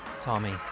Tommy